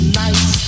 nice